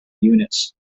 units